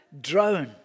drown